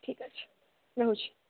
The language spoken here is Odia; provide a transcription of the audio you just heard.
ଠିକ୍ ଅଛି ରହୁଛି